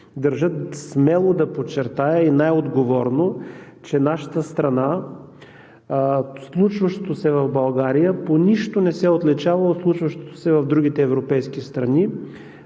държа смело и най-отговорно да подчертая, че нашата страна, случващото се в България по нищо не се отличава от случващото се в другите европейски страни